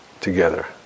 together